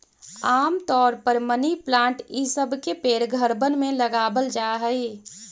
आम तौर पर मनी प्लांट ई सब के पेड़ घरबन में लगाबल जा हई